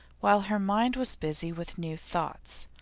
while her mind was busy with new thoughts.